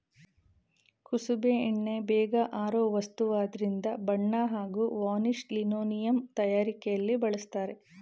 ಕುಸುಬೆ ಎಣ್ಣೆ ಬೇಗ ಆರೋ ವಸ್ತುವಾದ್ರಿಂದ ಬಣ್ಣ ಹಾಗೂ ವಾರ್ನಿಷ್ ಲಿನೋಲಿಯಂ ತಯಾರಿಕೆಲಿ ಬಳಸ್ತರೆ